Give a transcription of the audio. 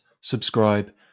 subscribe